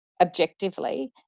objectively